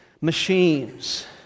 machines